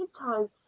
time